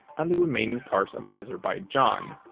and the remaining parts of azerbaijan.